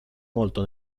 molto